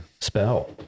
Spell